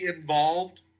involved